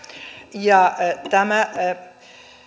tämä